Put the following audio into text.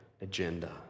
agenda